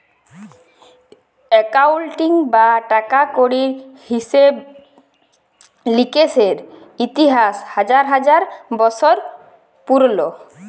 accounting বা টাকা কড়ির হিসেব লিকেসের ইতিহাস হাজার হাজার বসর পুরল